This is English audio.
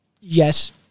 yes